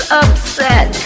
upset